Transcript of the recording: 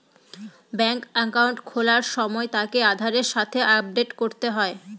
ব্যাঙ্কে একাউন্ট খোলার সময় তাকে আধারের সাথে আপডেট করতে হয়